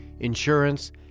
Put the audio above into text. insurance